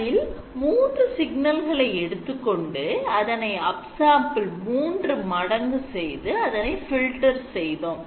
அதில் 3 சிக்னல்களை எடுத்துக்கொண்டு அதனை upsample 3 மடங்கு செய்து அதனை filter செய்தோம்